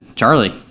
Charlie